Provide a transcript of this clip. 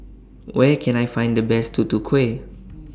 Where Can I Find The Best Tutu Kueh